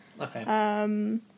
Okay